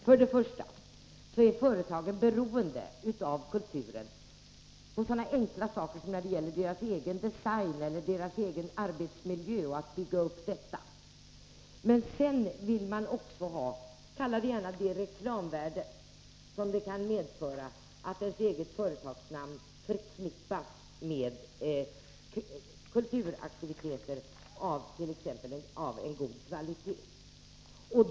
För det första är företagen beroende av kulturen för sådana enkla saker som när det gäller att bygga upp sin egen design och sin arbetsmiljö. För det andra vill man också ha— kalla det gärna så — det reklamvärde som det kan medföra att företagsnamnet förknippas med kulturaktiviteter av god kvalitet.